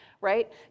right